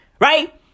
right